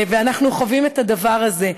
ואנחנו חווים את הדבר הזה,